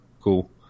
cool